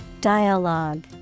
Dialogue